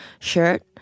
shirt